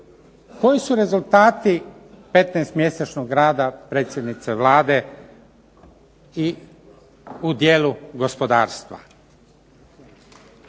Koji su rezultati 15mjesečnog rada predsjednice Vlade i u dijelu gospodarstva.